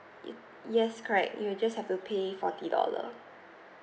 yes correct you just have to pay forty dollar